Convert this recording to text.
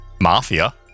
mafia